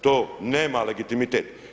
To nema legitimitet.